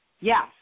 Yes